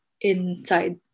inside